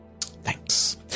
Thanks